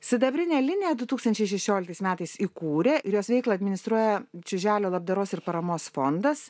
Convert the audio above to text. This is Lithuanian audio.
sidabrinę liniją du tūkstančiai šešioliktais metais įkūrė ir jos veiklą administruoja čiuželio labdaros ir paramos fondas